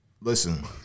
Listen